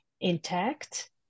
intact